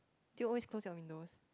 do you always close your window